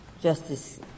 Justice